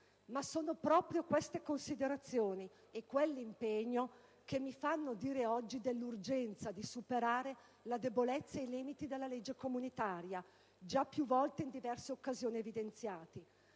Ma sono proprio queste considerazioni e quell'impegno che mi fanno dire oggi dell'urgenza di superare la debolezza e i limiti della legge comunitaria, già più volte e in diverse occasioni evidenziati.